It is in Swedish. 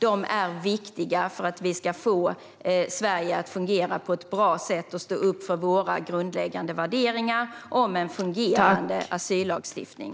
De är viktiga för att vi ska få Sverige att fungera på ett bra sätt och för att vi ska stå upp för våra grundläggande värderingar om en fungerande asyllagstiftning.